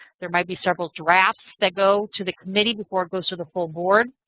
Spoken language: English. there might be several drafts that go to the committee before it goes to the full board.